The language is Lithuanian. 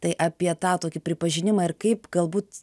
tai apie tą tokį pripažinimą ir kaip galbūt